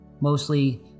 mostly